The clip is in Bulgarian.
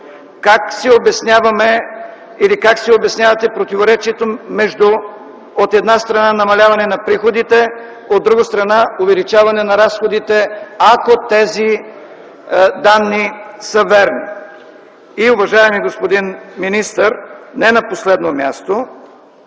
Как си обяснявате противоречието, между, от една страна, намаляване на приходите, а от друга страна, увеличаване на разходите, ако тези данни са верни? Уважаеми господин министър, не на последно място,